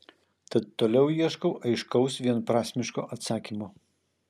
tad toliau ieškau aiškaus vienprasmiško atsakymo